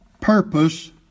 purpose